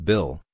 Bill